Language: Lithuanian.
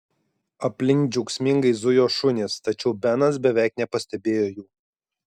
aplink džiaugsmingai zujo šunys tačiau benas beveik nepastebėjo jų